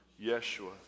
Yeshua